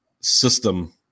system